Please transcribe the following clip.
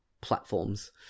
platforms